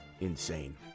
insane